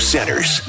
Centers